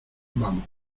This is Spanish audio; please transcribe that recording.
vamos